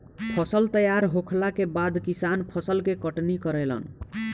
फसल तैयार होखला के बाद किसान फसल के कटनी करेलन